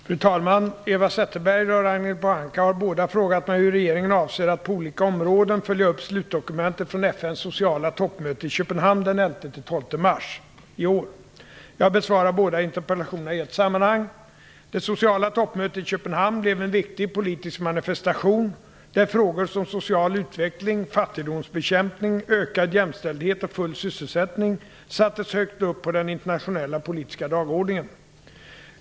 Fru talman! Eva Zetterberg och Ragnhild Pohanka har båda frågat mig hur regeringen avser att på olika områden följa upp slutdokumentet från FN:s sociala toppmöte i Köpenhamn den 11 och den 12 mars i år. Jag besvarar interpellationerna i ett sammanhang. Det sociala toppmötet i Köpenhamn blev en viktig politisk manifestation där frågor som social utveckling, fattigdomsbekämpning, ökad jämställdhet och full sysselsättning sattes högt upp på den internationella politiska dagordningen.